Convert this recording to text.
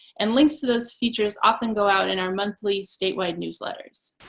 and links to those features often go out in our monthly statewide newsletters.